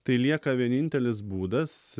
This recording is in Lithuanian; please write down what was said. tai lieka vienintelis būdas